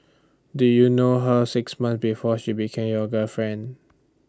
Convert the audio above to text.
did you know her six months before she became your girlfriend